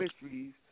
mysteries